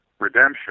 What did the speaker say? redemption